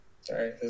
sorry